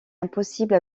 impossible